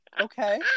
okay